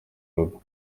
rugo